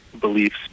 beliefs